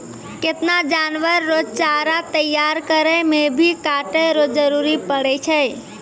केतना जानवर रो चारा तैयार करै मे भी काटै रो जरुरी पड़ै छै